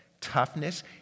toughness